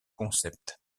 concept